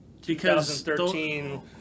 2013